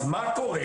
אז מה קורה?